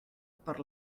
per